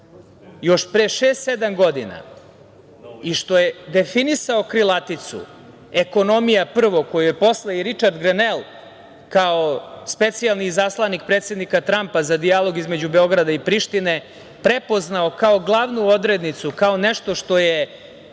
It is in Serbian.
sedam godina i što je definisao krilaticu, ekonomija prvo koju je posle i Ričard Grenel, specijalni izaslanik predsednika trampa za dijalog između Beograda u Prištine prepoznao kao glavnu odrednicu, kao nešto što je